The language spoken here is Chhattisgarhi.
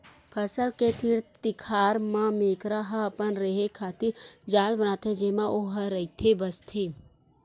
फसल के तीर तिखार म मेकरा ह अपन रेहे खातिर जाल बनाथे जेमा ओहा रहिथे बसथे